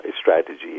strategy